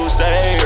stay